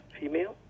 female